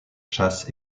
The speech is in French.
chasse